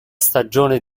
stagione